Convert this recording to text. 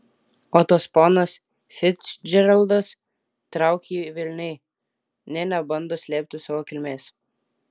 o tas ponas ficdžeraldas trauk jį velniai nė nebando slėpti savo kilmės